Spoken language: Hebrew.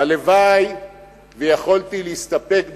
והלוואי שיכולתי להסתפק בכך,